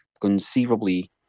conceivably